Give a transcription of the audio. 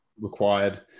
required